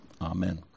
amen